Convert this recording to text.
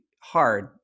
hard